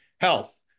health